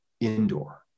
indoor